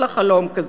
יש לה חלום כזה?